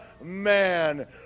man